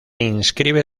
inscribe